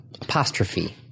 apostrophe